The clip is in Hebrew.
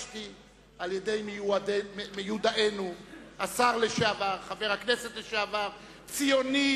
על-ידי מיודענו השר לשעבר, חבר הכנסת לשעבר, ציוני